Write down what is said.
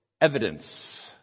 evidence